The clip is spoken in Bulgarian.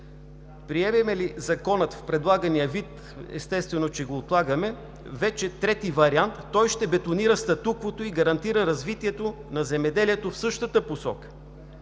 приемем ли Закона в предлагания вид, естествено, че го отлагаме, вече трети вариант, той ще бетонира статуквото и гарантира развитието на земеделието в същата посока.